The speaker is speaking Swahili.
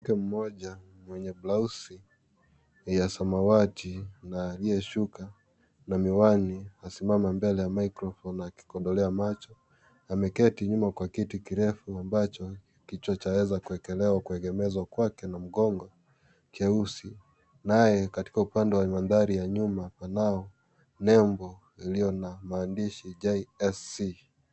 Mwanamke mmoja mwenye blaosi ya samawati na aliyeshuka na miwani amesimama mbele ya microphone akikodoloea macho, ameketi nyuma kwa kiti kirefu ambacho kichwa chaweza kuekelewa kuegemezwa kwake na mgongo keusi, naye katika upande wa mandhari ya nyuma wanao nembo iliyo na maandishi JSC.